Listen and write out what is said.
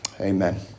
Amen